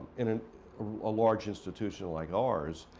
in a large institution like ours,